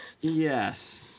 Yes